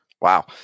Wow